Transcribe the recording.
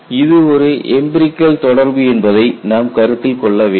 இது ஒரு எம்பிரிகல் தொடர்பு என்பதை நாம் கருத்தில் கொள்ள வேண்டும்